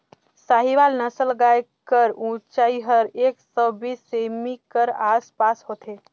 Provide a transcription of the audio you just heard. साहीवाल नसल गाय कर ऊंचाई हर एक सौ बीस सेमी कर आस पास होथे